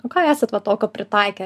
o ką esat va tokio pritaikę